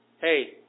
hey